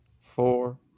four